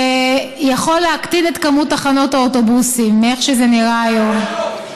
זה יכול להקטין את מספר תחנות האוטובוסים מאיך שזה נראה היום.